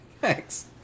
Thanks